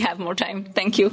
have more time thank you